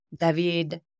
David